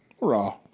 Raw